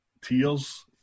tears